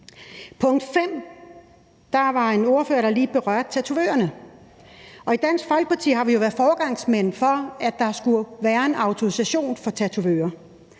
punkt 5 var der en ordfører, der lige berørte tatovørerne. I Dansk Folkeparti har vi jo været foregangsmænd for, at der skulle være en autorisation for tatovører,